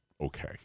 okay